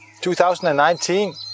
2019